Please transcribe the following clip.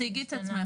תציגי את עצמך